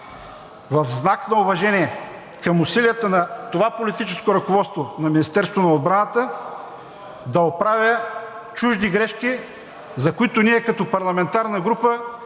в знак на уважение към усилията на това политическо ръководство на Министерството на отбраната да оправя чужди грешки, за които ние като парламентарна група